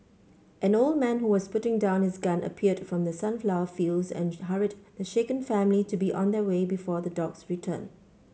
an old man who was putting down his gun appeared from the sunflower fields and hurried the shaken family to be on their way before the dogs return